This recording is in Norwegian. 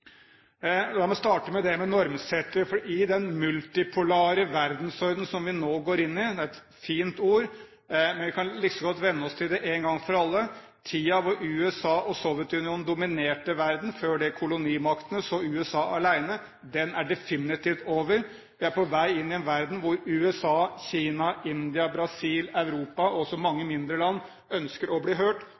La meg starte med det med normsetter i den multipolare verdensordenen som vi nå går inn i. Det er et fint ord, men vi kan like godt venne oss til det én gang for alle. Tiden hvor USA og Sovjetunionen dominerte verden, før det kolonimaktene og så USA alene, er definitivt over. Vi er på vei inn i en verden hvor USA, Kina, India, Brasil og Europa, og også mange mindre land, ønsker å bli hørt.